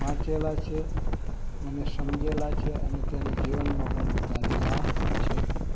વાંચેલા છે અને સમજેલા છે અને તેને જીવનમાં પણ ઉતારેલા છે